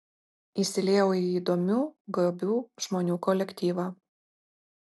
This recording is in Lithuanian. įsiliejau į įdomių gabių žmonių kolektyvą